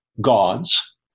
gods